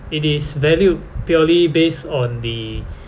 it is valued purely based on the